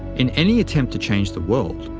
in any attempt to change the world,